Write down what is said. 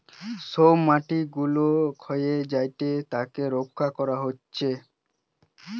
সব মাটি গুলা ক্ষয়ে যায়েটে তাকে রক্ষা করা হতিছে